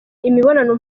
imibonano